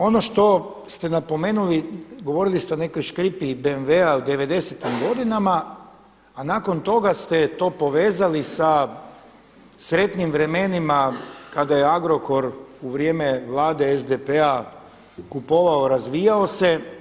Ono što ste napomenuli, govorili ste o nekoj škripi BMW-a u '90.-tim godinama a nakon toga ste to povezali sa sretnim vremenima kada je Agrokor u vrijeme Vlade SDP-a kupovao, razvijao se.